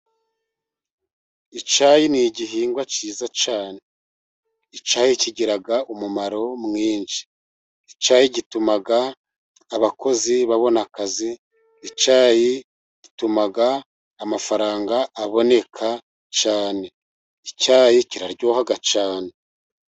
Icyayi ni igihingwa cyiza cyane, icyayi kigira umumaro mwinshi, icyayi gituma abakozi babona akazi, icyayi gituma amafaranga aboneka cyane, icyayi kiraryoha cyane.